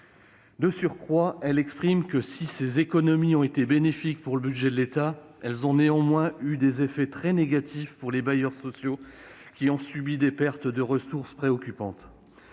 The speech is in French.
De surcroît, elle explique que si ces économies ont été bénéfiques pour le budget de l'État, elles ont néanmoins eu des effets très négatifs pour les bailleurs sociaux, qui ont subi des pertes de ressources préoccupantes.